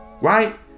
Right